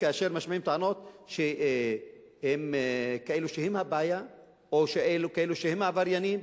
כאשר משמיעים טענות שכאילו הם הבעיה או כאילו הם העבריינים,